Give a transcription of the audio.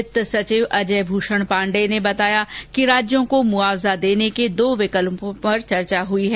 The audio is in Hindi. वित्त सचिव अजय भूषण पांडेय ने बताया कि राज्यों को मुआवजा देने के दो विकल्पों पर चर्चा हुई है